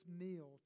meal